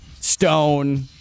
Stone